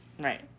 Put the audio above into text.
Right